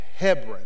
Hebron